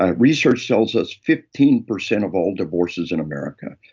ah research tells us fifteen percent of all divorces in america,